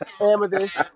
Amethyst